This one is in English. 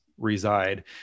reside